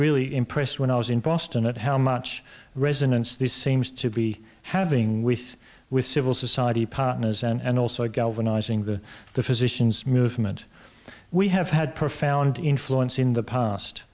really impressed when i was in boston and how much resonance this seems to be having with with civil society partners and also galvanizing the the physician's movement we have had profound influence in the past